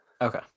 Okay